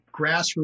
grassroots